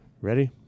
Ready